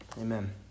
Amen